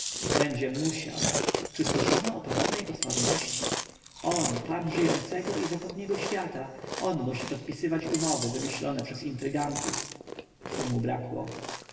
będzie musiał czy słyszano o podobnej potworności on pan żyjącego i zachodniego świata on musi podpisywać umowy wymyślone przez intrygantów tchu mu brakło